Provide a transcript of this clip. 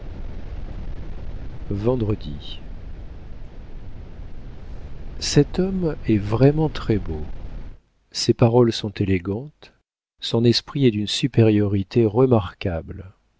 vendredi cet homme est vraiment très-beau ses paroles sont élégantes son esprit est d'une supériorité remarquable